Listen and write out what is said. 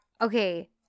okay